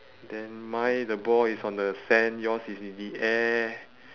then mine the ball is on the sand yours is in the air